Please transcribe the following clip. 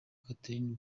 catherine